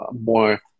more